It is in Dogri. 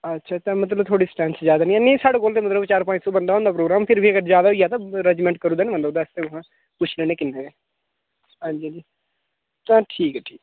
अच्छा ते मतलब थुआढ़ी स्ट्रैंथ ज्यादा नेईं ऐ नेईं साढ़े कोल ते चार पंज सौ बंदा होंदा प्रोग्राम फिर बी अगर ज्यादा होई जा ते रेंजमेंट करी ओड़दा नि बंदा चल ठीक ऐ ठीक ऐ